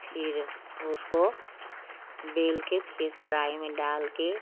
फिर उसको बेल कर फिर कराही में डाल कर